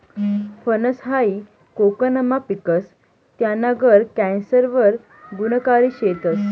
फनस हायी कोकनमा पिकस, त्याना गर कॅन्सर वर गुनकारी शेतस